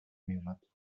میومد